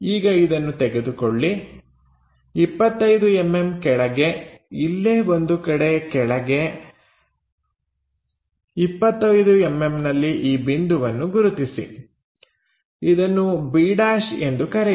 ಈಗ ಇದನ್ನು ತೆಗೆದುಕೊಳ್ಳಿ 25mm ಕೆಳಗೆ ಇಲ್ಲೇ ಒಂದು ಕಡೆ ಕೆಳಗೆ 25mmನಲ್ಲಿ ಈ ಬಿಂದುವನ್ನು ಗುರುತಿಸಿ ಇದನ್ನು b' ಎಂದು ಕರೆಯಿರಿ